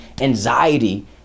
anxiety